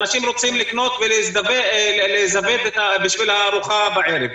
אנשים רוצים לקנות ולזווד בשביל הארוחה בערב.